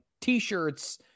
T-shirts